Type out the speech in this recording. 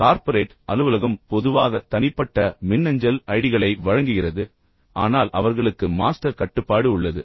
எனவே கார்ப்பரேட் அலுவலகம் பொதுவாக தனிப்பட்ட மின்னஞ்சல் ஐடிகளை வழங்குகிறது ஆனால் அவர்களுக்கு மாஸ்டர் கட்டுப்பாடு உள்ளது